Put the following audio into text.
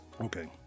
Okay